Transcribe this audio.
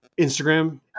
Instagram